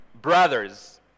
Brothers